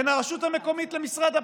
בין הרשות המקומית למשרד הבריאות,